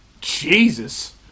Jesus